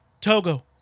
Togo